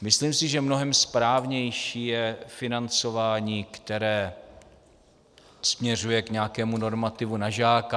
Myslím si, že mnohem správnější je financování, které směřuje k nějakému normativu na žáka.